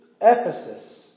Ephesus